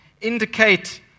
indicate